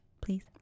please